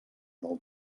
del